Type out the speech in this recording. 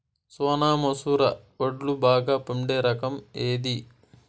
సోనా మసూర వడ్లు బాగా పండే రకం ఏది